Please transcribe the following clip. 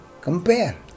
compare